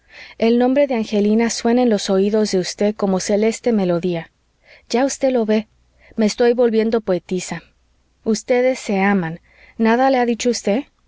el nombre de angelina suena en los oídos de usted como celeste melodía ya usted lo vé me estoy volviendo poetisa ustedes se aman nada le ha dicho usted